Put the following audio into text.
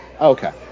Okay